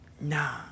Nah